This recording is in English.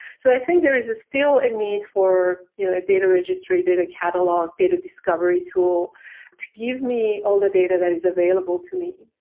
so i think there is still a need for you know a data registry, data catalogue, data discovery tool to give me all the data that is available to me.